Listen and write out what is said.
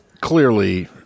clearly